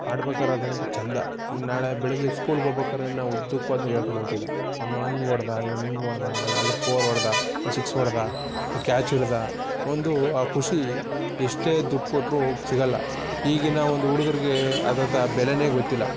ಆಡ್ಬೇಕಾದ್ರೆ ಅದೊಂದು ಚೆಂದ ಇನ್ನು ನಾಳೆ ಬೆಳಗ್ಗೆ ಸ್ಕೂಲಿಗೆ ಹೋಗ್ಬೇಕಾದ್ರೆ ನಾವು ಉದ್ದಕ್ಕೊಂದು ಹೇಳ್ಕೊಂಡು ಹೋಗ್ತಿದ್ದೋ ಅವನು ಹಂಗೆ ಹೊಡ್ದ ಇವನು ಹಿಂಗೆ ಹೊಡ್ದ ಅವ್ನು ಅಲ್ಲಿ ಫೋರ್ ಹೊಡ್ದ ಸಿಕ್ಸ್ ಹೊಡ್ದ ಕ್ಯಾಚ್ ಹಿಡ್ದ ಒಂದು ಆ ಖುಷಿ ಎಷ್ಟೇ ದುಡ್ಡು ಕೊಟ್ರೂ ಸಿಗೋಲ್ಲ ಈಗಿನ ಒಂದು ಹುಡುಗ್ರಿಗೆ ಅದ್ರದ್ದು ಆ ಬೆಲೆಯೇ ಗೊತ್ತಿಲ್ಲ